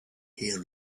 hear